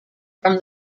from